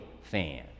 fan